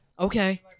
okay